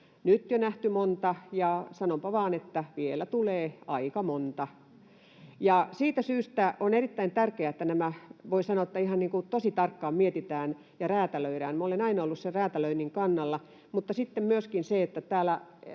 nyt jo nähty monta, ja sanonpa vain, että vielä tulee aika monta. Siitä syystä on erittäin tärkeää, että nämä, voi sanoa, ihan tosi tarkkaan mietitään ja räätälöidään — minä olen aina ollut sen räätälöinnin kannalla — mutta sitten myöskin täällä